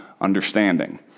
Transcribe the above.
understanding